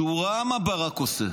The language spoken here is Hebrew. כשהוא ראה מה ברק עושה